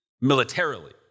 militarily